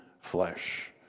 flesh